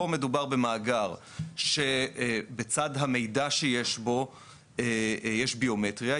פה מדובר במאגר שבצד המידע שיש בו יש ביומטריה,